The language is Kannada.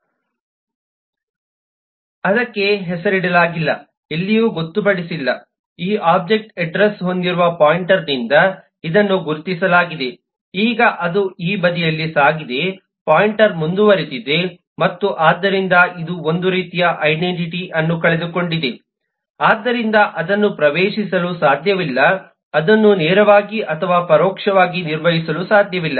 ಅದಕ್ಕೆ ಹೆಸರಿಡಲಾಗಿಲ್ಲ ಎಲ್ಲಿಯೂ ಗೊತ್ತುಪಡಿಸಿಲ್ಲ ಈ ಒಬ್ಜೆಕ್ಟ್ನ ಅಡ್ರೆಸ್ ಹೊಂದಿರುವ ಪಾಯಿಂಟರ್ನಿಂದ ಇದನ್ನು ಗುರುತಿಸಲಾಗಿದೆ ಈಗ ಅದು ಈ ಬದಿಯಲ್ಲಿ ಸಾಗಿದೆ ಪಾಯಿಂಟರ್ ಮುಂದುವರೆದಿದೆ ಮತ್ತು ಆದ್ದರಿಂದ ಇದು ಒಂದು ರೀತಿಯ ಐಡೆಂಟಿಟಿ ಅನ್ನು ಕಳೆದುಕೊಂಡಿದೆ ಆದ್ದರಿಂದ ಅದನ್ನು ಪ್ರವೇಶಿಸಲು ಸಾಧ್ಯವಿಲ್ಲ ಅದನ್ನು ನೇರವಾಗಿ ಅಥವಾ ಪರೋಕ್ಷವಾಗಿ ನಿರ್ವಹಿಸಲು ಸಾಧ್ಯವಿಲ್ಲ